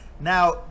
Now